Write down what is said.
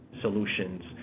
solutions